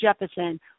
Jefferson